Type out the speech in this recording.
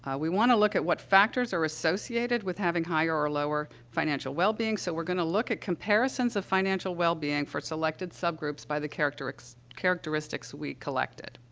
we want to look at what factors are associated with having higher or lower financial wellbeing, so we're going to look at comparisons of financial wellbeing for selected subgroups by the characteristics characteristics we collected.